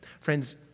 Friends